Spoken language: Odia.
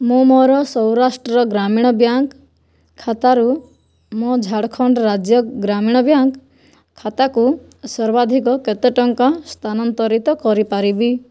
ମୁଁ ମୋ'ର ସୌରାଷ୍ଟ୍ର ଗ୍ରାମୀଣ ବ୍ୟାଙ୍କ ଖାତାରୁ ମୋ' ଝାଡ଼ଖଣ୍ଡ ରାଜ୍ୟ ଗ୍ରାମୀଣ ବ୍ୟାଙ୍କ ଖାତାକୁ ସର୍ବାଧିକ କେତେ ଟଙ୍କା ସ୍ଥାନାନ୍ତରିତ କରିପାରିବି